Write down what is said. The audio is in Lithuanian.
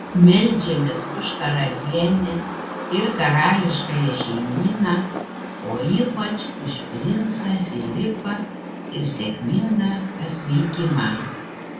meldžiamės už karalienę ir karališkąją šeimyną o ypač už princą filipą ir sėkmingą pasveikimą